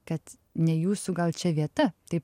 kad ne jūsų gal čia vieta taip